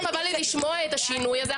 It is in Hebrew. את השינוי הזה.